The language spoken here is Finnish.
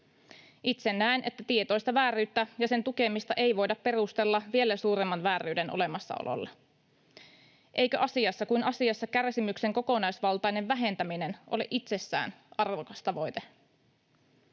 Itse näen, että tietoista vääryyttä ja sen tukemista ei voida perustella vielä suuremman vääryyden olemassaololla. Eikö asiassa kuin asiassa kärsimyksen kokonaisvaltainen vähentäminen ole itsessään arvokas tavoite?